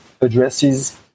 addresses